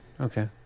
Okay